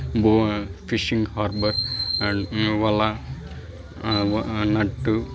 బో fishing harbour and వల నట్టు